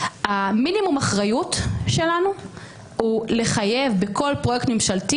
מינימום אחריות שלנו היא לחייב בכל פרויקט ממשלתי